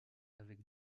avec